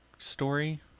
Story